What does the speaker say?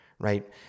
Right